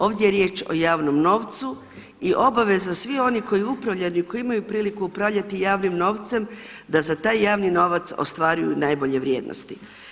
Ovdje je riječ o javnom novcu i obaveza svih onih koji upravljaju i koji imaju priliku upravljati javnim novcem da za taj javni novac ostvaruju i najbolje vrijednosti.